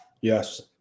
Yes